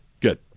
good